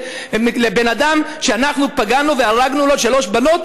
לבן-אדם שאנחנו פגענו והרגנו לו שלוש בנות,